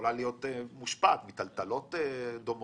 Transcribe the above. יכולה להיות מושפעת מטלטלות דומות.